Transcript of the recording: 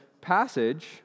passage